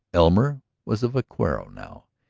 elmer was a vaquero now,